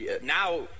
now